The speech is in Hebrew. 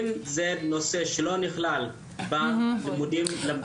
אם זה נושא שלא נכלל בלימודים למבחני הבגרות